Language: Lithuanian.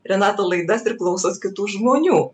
renato laidas ir klausot kitų žmonių